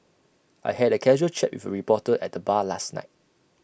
I had A casual chat with A reporter at the bar last night